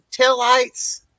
taillights